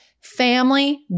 family